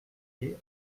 veiller